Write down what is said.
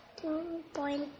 Two-point